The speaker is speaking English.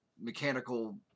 mechanical